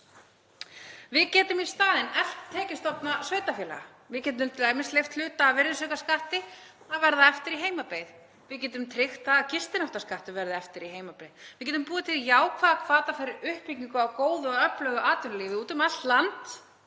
Við getum í staðinn eflt tekjustofna sveitarfélaga. Við getum leyft hluta af virðisaukaskatti að verða eftir í heimabyggð. Við getum tryggt að gistináttaskattur verði eftir í heimabyggð. Við getum búið til jákvæða hvata fyrir uppbyggingu á góðu og öflugu atvinnulífi út um allt land